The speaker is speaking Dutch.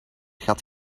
gat